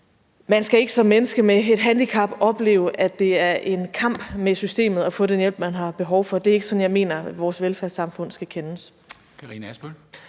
at man ikke som menneske med et handicap skal opleve, at det er en kamp med systemet at få den hjælp, man har behov for. Det er ikke sådan, jeg mener vores velfærdssamfund skal kendes.